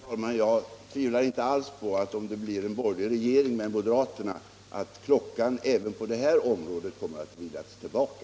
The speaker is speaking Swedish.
Herr talman! Jag tvivlar inte alls på att om det blir en borgerlig regering med moderaterna, klockan även på det här området kommer att vridas tillbaka.